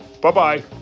Bye-bye